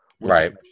right